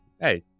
Hey